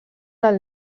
del